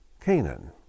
Canaan